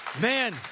Man